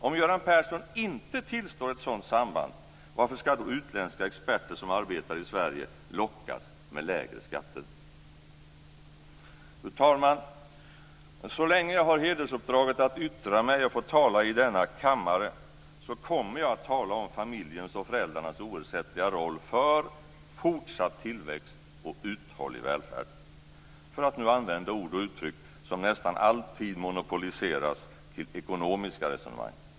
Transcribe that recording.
Om Göran Persson inte tillstår ett sådant samband, varför ska då utländska experter som arbetar i Sverige lockas med lägre skatter? Fru talman! Så länge jag har hedersuppdraget att få yttra mig och tala i denna kammare kommer jag att tala om familjens och föräldrarnas oersättliga roll för fortsatt tillväxt och uthållig välfärd, för att nu använda ord och uttryck som nästan alltid monopoliseras till ekonomiska resonemang.